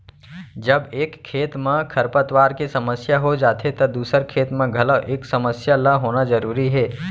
जब एक खेत म खरपतवार के समस्या हो जाथे त दूसर खेत म घलौ ए समस्या ल होना जरूरी हे